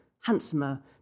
handsomer